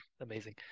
amazing